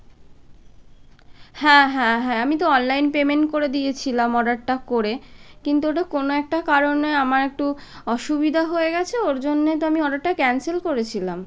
হ্যাঁ হ্যাঁ হ্যাঁ আমি তো অনলাইন পেমেন্ট করে দিয়েছিলাম অর্ডারটা করে কিন্তু ওটা কোনো একটা কারণে আমার একটু অসুবিধা হয়ে গেছে ওর জন্যে তো আমি অর্ডারটা ক্যান্সেল করেছিলাম